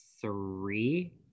three